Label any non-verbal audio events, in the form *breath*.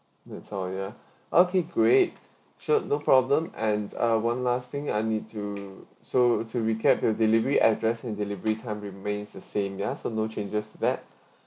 that's all ya *breath* okay great sure no problem and uh one last thing I need to so to recap your delivery address and delivery time remains the same ya so no changes to that